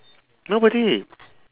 nobody